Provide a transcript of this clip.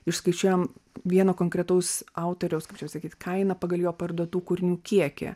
išskaičiuojam vieno konkretaus autoriaus kaip čia pasakyt kainą pagal jo parduotų kūrinių kiekį